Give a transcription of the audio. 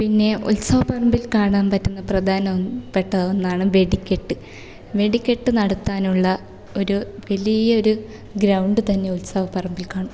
പിന്നെ ഉത്സവപ്പറമ്പിൽ കാണാൻ പറ്റുന്ന പ്രധാനപ്പെട്ട ഒന്നാണ് വെടിക്കെട്ട് വെടിക്കെട്ട് നടത്താനുള്ള ഒരു വലിയ ഒരു ഗ്രൗണ്ട് തന്നെ ഉത്സവപ്പറമ്പിൽ കാണും